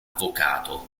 avvocato